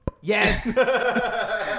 Yes